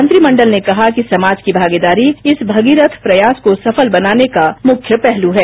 मंत्रिमंडल ने कहा कि समाज की भागीदारी इस भगीरथ प्रयास को सफल बनाने का मुंख्य पहलू है